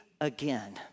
again